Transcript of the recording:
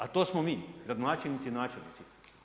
A to smo mi, gradonačelnici i načelnici.